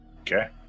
Okay